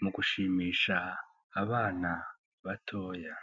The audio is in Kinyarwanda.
mu gushimisha abana batoya.